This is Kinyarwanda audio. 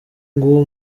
ngo